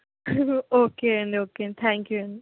okay అండి okay అండి thank you అండి